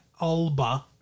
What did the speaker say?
Alba